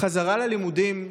החזרה ללימודים,